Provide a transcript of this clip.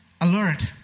alert